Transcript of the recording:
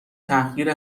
تحقیر